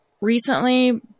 recently